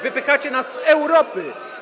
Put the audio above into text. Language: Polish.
wypychacie nas z Europy.